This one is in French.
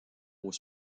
aux